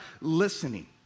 listening